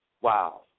Wow